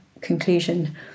conclusion